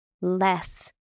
less